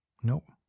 no.